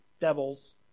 devils